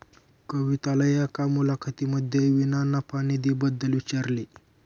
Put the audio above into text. कविताला एका मुलाखतीमध्ये विना नफा निधी बद्दल विचारले